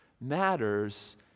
matters